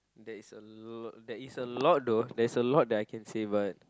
that is a lot there is a lot though there is a that I can say but